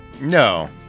No